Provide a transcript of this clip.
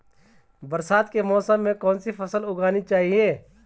बरसात के मौसम में कौन सी फसल उगानी चाहिए?